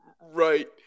right